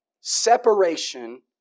separation